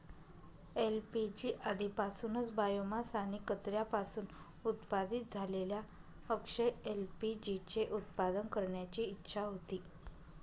LPG आधीपासूनच biomass आणि कचऱ्यापासून उत्पादित झालेल्या अक्षय एल.पी.जी चे उत्पादन करण्याची इच्छा होती